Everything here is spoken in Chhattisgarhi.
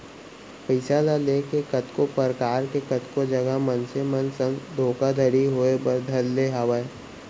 पइसा ल लेके कतको परकार के कतको जघा मनसे मन संग धोखाघड़ी होय बर धर ले हावय